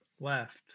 left